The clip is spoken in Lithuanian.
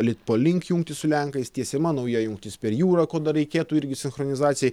litpol link jungtį su lenkais tiesiama nauja jungtis per jūrą ko dar reikėtų irgi sinchronizacijai